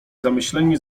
zamyśleni